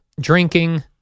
drinking